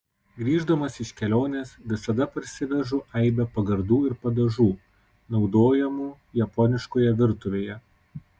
grįždamas iš kelionės visada parsivežu aibę pagardų ir padažų naudojamų japoniškoje virtuvėje